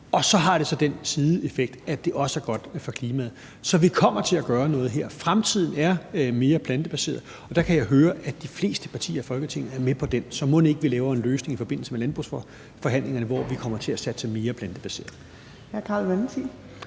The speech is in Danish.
Og så har det så den sideeffekt, at det er godt for klimaet. Så vi kommer til at gøre noget her. Fremtiden er mere af det plantebaserede, og der kan jeg høre, at de fleste partier i Folketinget er med på det. Så mon ikke vi finder en løsning i forbindelse med landbrugsforhandlingerne, hvor vi kommer til at satse mere på det plantebaserede.